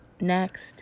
Next